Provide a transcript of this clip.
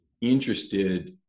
interested